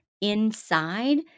inside